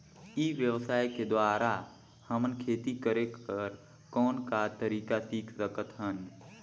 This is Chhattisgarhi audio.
ई व्यवसाय के द्वारा हमन खेती करे कर कौन का तरीका सीख सकत हन?